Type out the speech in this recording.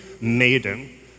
maiden